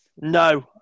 No